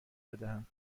بدهم